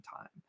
time